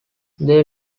they